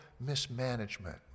mismanagement